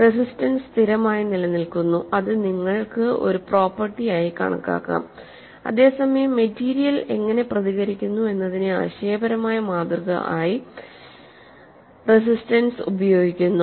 resistance സ്ഥിരമായി നിലനിൽക്കുന്നു അത് നിങ്ങൾക്ക് ഒരു പ്രോപ്പർട്ടി ആയി കണക്കാക്കാം അതേസമയം മെറ്റീരിയൽ എങ്ങനെ പ്രതികരിക്കുന്നു എന്നതിന്റെ ആശയപരമായ മാതൃക ആയി റെസിസ്റ്റൻസ് ഉപയോഗിക്കുന്നു